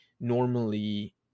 normally